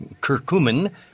curcumin